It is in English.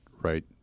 right